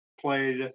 played